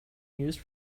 used